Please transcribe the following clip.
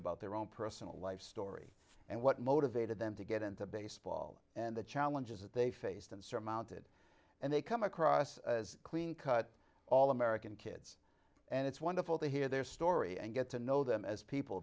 about their own personal life story and what motivated them to get into baseball and the challenges that they faced and surmounted and they come across as clean cut all american kids and it's wonderful to hear their story and get to know them as people